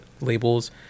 labels